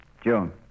June